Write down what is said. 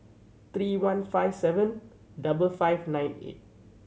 three one five seven double five nine eight